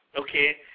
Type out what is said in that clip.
okay